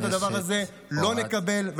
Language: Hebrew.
אנחנו את הדבר הזה לא נקבל.